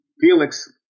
Felix